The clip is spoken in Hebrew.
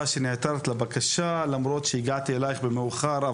שנעתרת לבקשה למרות שהגעתי אלייך מאוחר.